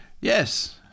Yes